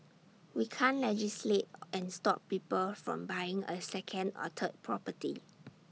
we can't legislate and stop people from buying A second or third property